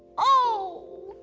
oh,